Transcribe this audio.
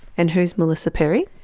and who's melissa perry?